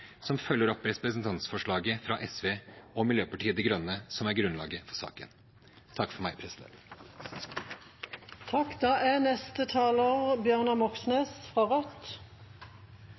som følger opp representantforslaget fra SV og Miljøpartiet De Grønne som er grunnlaget for saken. Afghanistan er ifølge Global Peace Index verdens farligste land. Likevel er